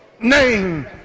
name